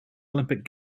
olympic